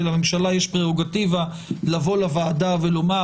ולממשלה יש פררוגטיבה לבוא ולוועדה ולומר: